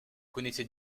connaissez